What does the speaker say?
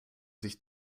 sich